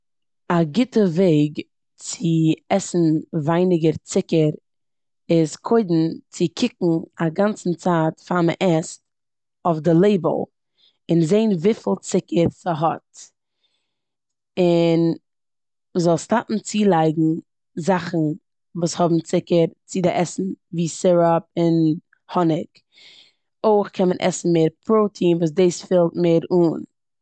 א גוטע וועג צו עסן ווייניגער צוקער איז קודם צו קוקן פאר מ'עסט אויף די לעיבל און זען וויפיל צוקער ס'האט און מ'זאל סטאפן זאכן וואס האבן צוקער צו די עסן ווי סירופ און האניג. אויך קען מען עסן מער פראטיען וואס דאס פולט מער אן.